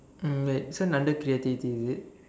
um but this one under creativity is it